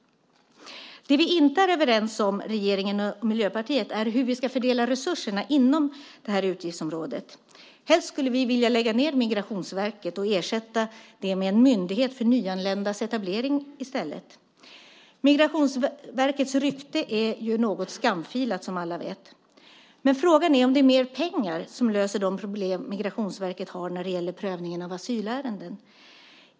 Det vi i Miljöpartiet och regeringen inte är överens om är hur vi ska fördela resurserna inom utgiftsområdet. Helst skulle vi vilja lägga ned Migrationsverket och ersätta det med en myndighet för nyanländas etablering i stället. Migrationsverkets rykte är något skamfilat, som alla vet. Men frågan är om det är mer pengar som löser de problem Migrationsverket har när det gäller prövningen av asylärenden.